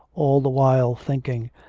all the while thinking,